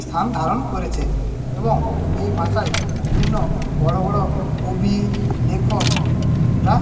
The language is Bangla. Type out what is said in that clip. স্থান ধারণ করেছে এবং এই ভাষায় বিভিন্ন বড়ো বড়ো কবি লেখকরা